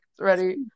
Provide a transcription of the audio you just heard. ready